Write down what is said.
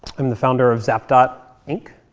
i'm the founder of zap dot, inc.